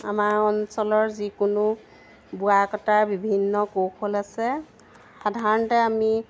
আমাৰ অঞ্চলৰ যিকোনো বোৱা কটা বিভিন্ন কৌশল আছে সাধাৰণতে আমি